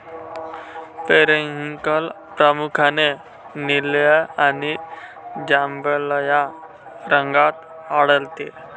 periwinkle प्रामुख्याने निळ्या आणि जांभळ्या रंगात आढळते